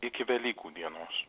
iki velykų dienos